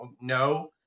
no